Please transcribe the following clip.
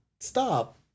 Stop